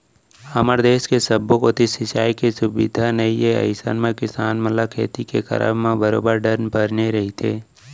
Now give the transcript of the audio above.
हमर देस के सब्बो कोती सिंचाई के सुबिधा नइ ए अइसन म किसान मन ल खेती के करब म बरोबर डर बने रहिथे